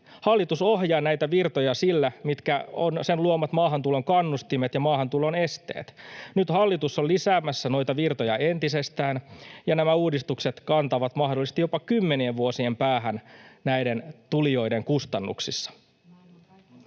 Hallitus ohjaa näitä virtoja sillä, mitkä ovat sen luomat maahantulon kannustimet ja maahantulon esteet. Nyt hallitus on lisäämässä noita virtoja entisestään, ja nämä uudistukset kantavat mahdollisesti jopa kymmenien vuosien päähän näiden tulijoiden kustannuksissa.